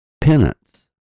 Penance